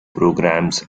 programs